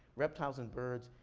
reptiles and birds,